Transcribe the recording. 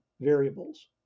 variables